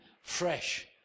fresh